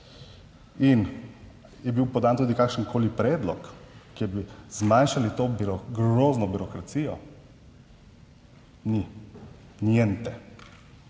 In, je bil podan tudi kakršenkoli predlog, kjer bi zmanjšali to grozno birokracijo? Ni, niente,